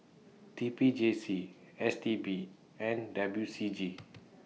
T P J C S T B and W C G